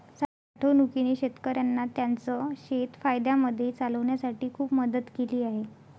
साठवणूकीने शेतकऱ्यांना त्यांचं शेत फायद्यामध्ये चालवण्यासाठी खूप मदत केली आहे